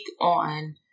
on